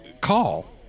call